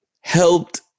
Helped